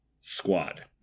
squad